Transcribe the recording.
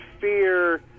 fear